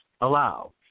allow